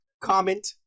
comment